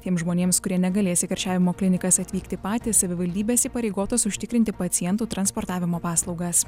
tiems žmonėms kurie negalės į karščiavimo klinikas atvykti patys savivaldybės įpareigotos užtikrinti pacientų transportavimo paslaugas